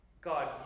God